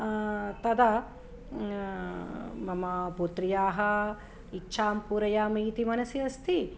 तदा मम पुत्र्याः इच्छां पूरयामि इति मनसि अस्ति